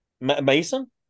Mason